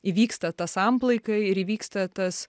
įvyksta ta samplaika ir įvyksta tas